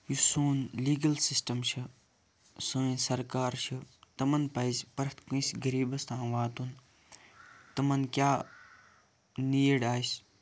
یُس سون legal system چھُ سٲنۍ سرکار چھِ تِمَن پَزِ پرٛٮ۪تھ کُنہِ غٔریٖبَس تام واتُن تِمَن کیاہ نیٖڈ آسہِ